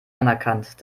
anerkannt